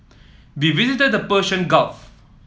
we visited the Persian Gulf